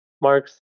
marks